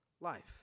life